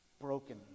broken